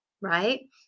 right